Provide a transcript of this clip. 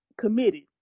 committed